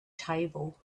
table